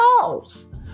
goals